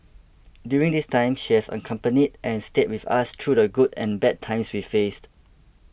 during this time she has accompanied and stayed with us through the good and bad times we faced